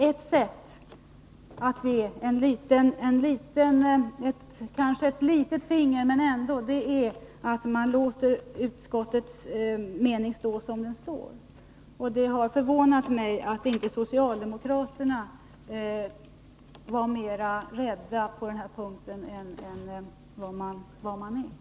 Att låta utskottets mening stå oemotsagd är kanske att ge ett finger åt dem som gör dessa angrepp. Det har förvånat mig att socialdemokraterna inte är mera rädda på den här punkten än de är.